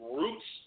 roots